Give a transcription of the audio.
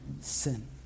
sin